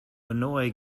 annoy